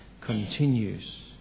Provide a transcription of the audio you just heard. continues